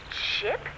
ship